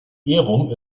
ehrung